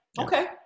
Okay